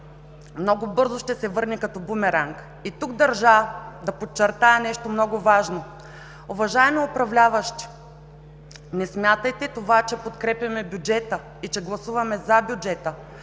много бързо ще се върне като бумеранг. Държа да подчертая нещо много важно – уважаеми управляващи, това, че подкрепяме бюджета и че гласуваме за бюджета,